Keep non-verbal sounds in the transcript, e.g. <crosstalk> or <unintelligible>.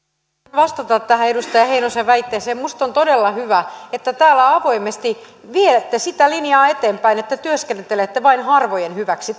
vastata tähän edustaja heinosen väitteeseen minusta on todella hyvä että täällä avoimesti viette sitä linjaa eteenpäin että työskentelette vain harvojen hyväksi <unintelligible>